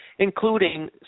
including